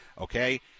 okay